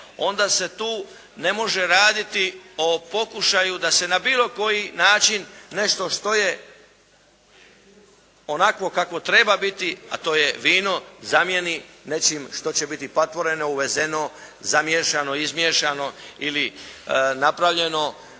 onda se tu ne može raditi o pokušaju da se na bilo koji način nešto što je onakvo kakvo treba biti, a to je vino zamijeni nečim što će biti patvoreno, uvezeno, zamiješano, izmiješano ili napravljeno